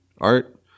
art